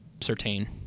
certain